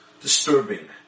disturbing